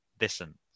listen